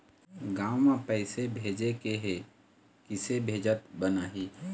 गांव म पैसे भेजेके हे, किसे भेजत बनाहि?